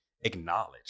acknowledge